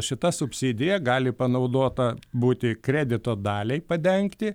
šita subsidija gali panaudota būti kredito daliai padengti